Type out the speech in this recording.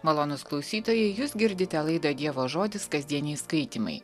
malonūs klausytojai jūs girdite laidą dievo žodis kasdieniai skaitymai